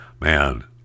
Man